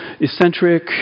eccentric